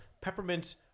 peppermint